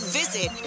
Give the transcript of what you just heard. visit